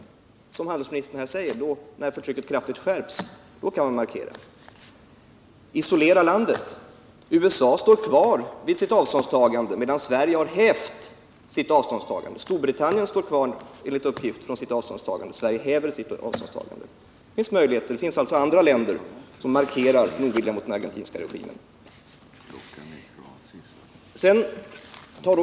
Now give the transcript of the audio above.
Och som handelsministern säger, när förtrycket kraftigt skärps kan man markera ett avståndstagande och isolera landet. USA och Storbritannien står enligt uppgift kvar vid sina avståndstaganden, medan Sverige har hävt sitt. Det finns alltså andra länder som markerar ovilja mot den argentinska regimen.